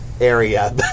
Area